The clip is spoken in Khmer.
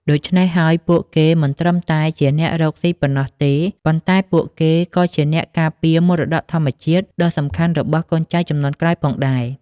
ដូច្នេះហើយ ពួកគេមិនត្រឹមតែជាអ្នករកស៊ីប៉ុណ្ណោះទេ ប៉ុន្តែពួកគេក៏ជាអ្នកការពារមរតកធម្មជាតិដ៏សំខាន់សម្រាប់កូនចៅជំនាន់ក្រោយផងដែរ។